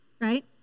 right